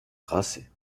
grasset